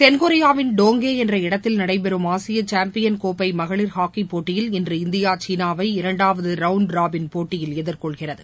தென்கொரியாவின் டோங்கே என்ற இடத்தில் நடைபெறும் ஆசியா சாம்பியன் கோப்பை மகளிர் ஹாக்கி போட்டியில் இன்று இந்தியா சீனாவை இரண்டாவது ரவுண்ட் ராபின் போட்டியில் எதிர்கொள்கிறது